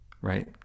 Right